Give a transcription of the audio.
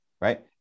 right